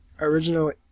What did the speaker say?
original